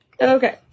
Okay